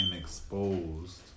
exposed